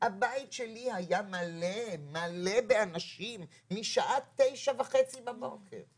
הבית שלי היה מלא באנשים, משעה תשע וחצי בבוקר.